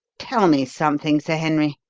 tell me something, sir henry,